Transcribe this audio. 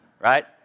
right